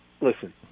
listen